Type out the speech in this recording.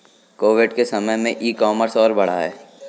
Covid के समय में ई कॉमर्स और बढ़ा है